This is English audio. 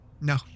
No